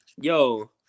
Yo